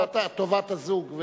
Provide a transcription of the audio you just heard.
טובת הזוג.